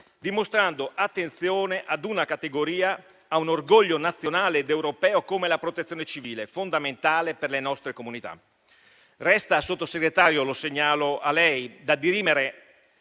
dimostrando attenzione ad una categoria, a un orgoglio nazionale ed europeo come la Protezione civile, fondamentale per le nostre comunità. Resta - signor Sottosegretario, lo segnalo a lei - da dirimere